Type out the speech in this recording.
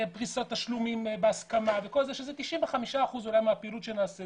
פריסת תשלומים בהסכמה וכולי, 95% מהפעילות שנעשית